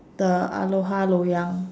the aloha loyang